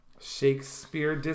Shakespeare